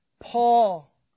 Paul